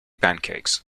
pancakes